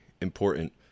important